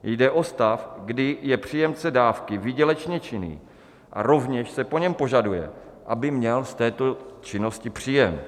Jde o stav, kdy je příjemce dávky výdělečně činný a rovněž se po něm vyžaduje, aby měl z této činnosti příjem.